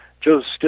Joseph